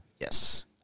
Yes